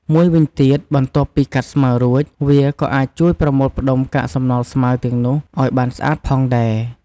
មួយវិញទៀតបន្ទាប់ពីកាត់ស្មៅរួច វាក៏អាចជួយប្រមូលផ្តុំកាកសំណល់ស្មៅទាំងនោះឱ្យបានស្អាតផងដែរ។